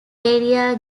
area